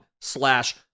slash